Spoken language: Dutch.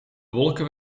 wolken